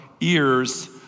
ears